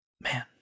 man